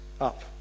up